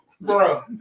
bro